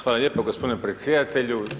Hvala lijepo gospodine predsjedatelju.